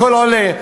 הכול עולה.